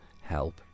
help